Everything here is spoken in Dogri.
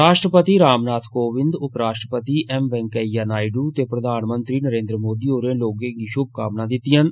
राष्ट्रपति रामनाथ कोविन्द उपराष्ट्रपति एम वेंकैया नायडू ते प्रधानमंत्री नरेन्द्र मोदी होरें लोकें गी शुभकामनां दित्तिआं न